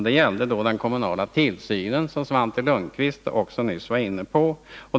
Det gällde den kommunala tillsynen, som Svante Lundkvist också nyss var inne på.